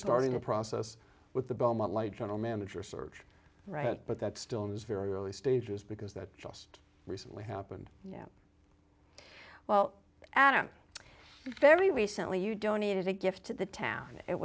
starting the process with the belmont light general manager search right but that still is very early stages because that just recently happened yeah well adam very recently you donated a gift to the town it